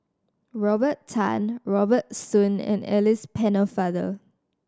Robert Tan Robert Soon and Alice Pennefather